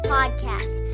Podcast